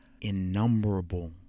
innumerable